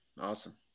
Awesome